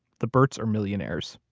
the burts are millionaires.